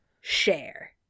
share